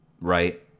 right